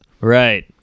Right